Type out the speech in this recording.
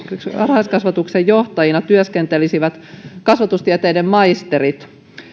varhaiskasvatuksen johtajina työskentelisivät kasvatustieteiden maisterit